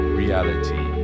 reality